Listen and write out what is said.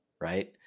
right